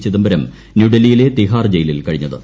ചിദംബരം ന്യൂഡൽഹിയിലെ തിഹാർ ജയിലിൽ കഴിഞ്ഞത്